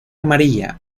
amarilla